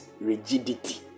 rigidity